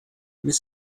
mrs